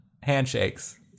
handshakes